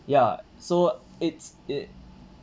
ya so it's it